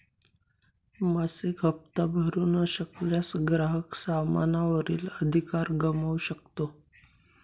मासिक हप्ता भरू न शकल्यास, ग्राहक सामाना वरील अधिकार गमावू शकतो